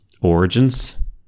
origins